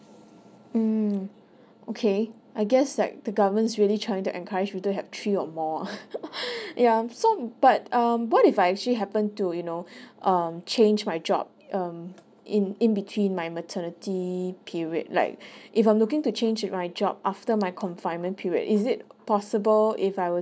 mm okay I guess like the government's really trying to encourage people to have three or more ah ya mm so but um what if I actually happen to you know um change my job um in in between my maternity period like if I'm looking to change my job after my confinement period is it possible if I were